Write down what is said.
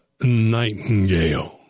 Nightingale